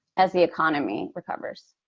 as the economy recovers?